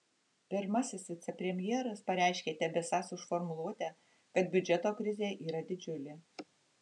pirmasis vicepremjeras pareiškė tebesąs už formuluotę kad biudžeto krizė yra didžiulė